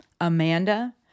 Amanda